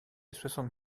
soixante